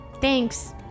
Thanks